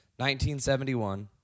1971